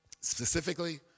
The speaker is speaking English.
specifically